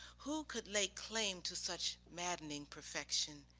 who could lay claim to such maddening perfection.